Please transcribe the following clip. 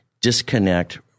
disconnect